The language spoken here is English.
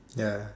ya